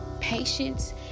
patience